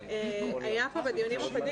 צריך את השירות הזה משום שיש לו ילדים,